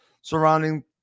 surrounding